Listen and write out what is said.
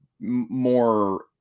more